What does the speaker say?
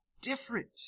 different